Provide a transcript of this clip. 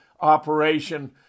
operation